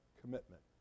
commitment